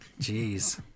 Jeez